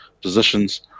positions